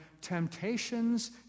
temptations